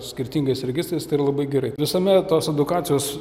skirtingais registrais tai yra labai gerai visame tos edukacijos